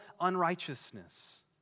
unrighteousness